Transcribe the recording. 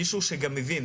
מישהו שגם מבין,